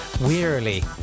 wearily